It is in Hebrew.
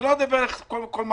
לא אדבר על כל מה